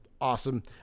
awesome